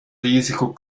risiko